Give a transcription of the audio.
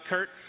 Kurt